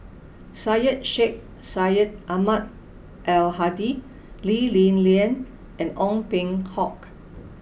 Syed Sheikh Syed Ahmad Al Hadi Lee Li Lian and Ong Peng Hock